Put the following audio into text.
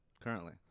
currently